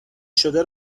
شده